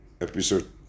Episode